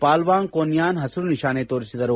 ಪಾಲ್ಲಾಂಗ್ ಕೊನ್ಲಾಕ್ ಹಸಿರು ನಿಶಾನೆ ತೋರಿಸಿದರು